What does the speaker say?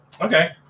okay